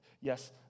Yes